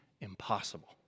impossible